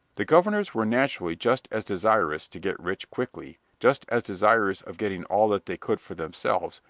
the governors were naturally just as desirous to get rich quickly, just as desirous of getting all that they could for themselves,